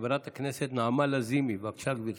חברת הכנסת נעמה לזימי, בבקשה, גברתי.